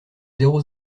zéro